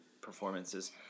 performances